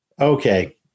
Okay